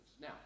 Now